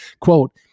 Quote